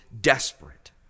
desperate